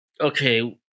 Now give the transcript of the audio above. okay